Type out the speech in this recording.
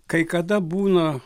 kai kada būna